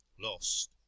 lost